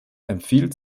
empfiehlt